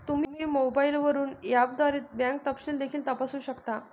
तुम्ही मोबाईलवरून ऍपद्वारे बँक तपशील देखील तपासू शकता